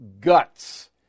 guts